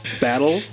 battle